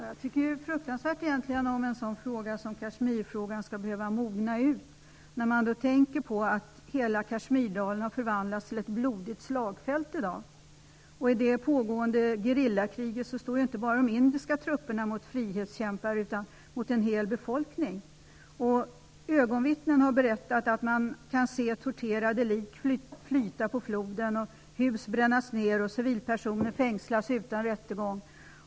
Herr talman! Jag tycker att det är fruktansvärt om en fråga som den om Kashmir skall behöva mogna ut. Hela Kashmirdalen har ju förvandlats till ett blodigt slagfält. Så är det i dag. I det pågående gerillakriget står de indiska trupperna inte bara mot frihetskämpar utan också mot en hel befolkning. Ögonvittnen har berättat att man kan se torterade lik flyta på floden, hus brännas ner och civilpersoner fängslas utan rättegång.